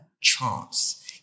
chance